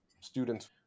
students